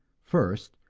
first,